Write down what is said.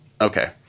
okay